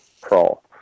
crawl